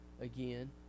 again